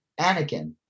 Anakin